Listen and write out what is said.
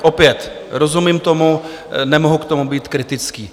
Opět rozumím tomu, nemohu k tomu být kritický.